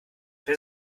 wer